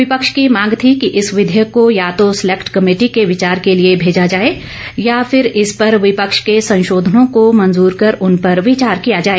विपक्ष की मांग थी कि इस विधेयक को या तो सलेक्ट कमेटी के विचार के लिए भेजा जाए या फिर इस पर विपक्ष के संशोधनों को मंजूर कर उन पर विचार किया जाए